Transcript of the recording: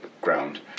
ground